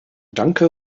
danke